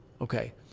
Okay